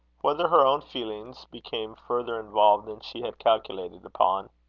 whether her own feelings became further involved than she had calculated upon,